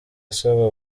asaba